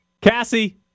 Cassie